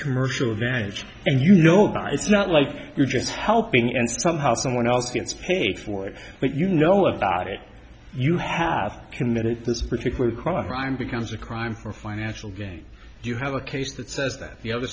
commercial advantage and you know it's not like you're just helping and somehow someone else gets paid for it but you know about it you have committed this particular crime becomes a crime for financial gain you have a case that says that the other